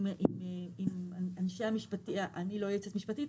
אני מנסה לראות שהבנתי.